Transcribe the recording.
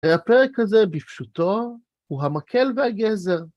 הפרק הזה בפשוטו הוא המקל והגזר.